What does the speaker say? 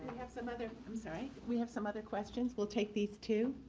have some other i'm sorry. we have some other questions. we'll take these two.